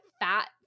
fat